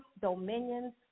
dominions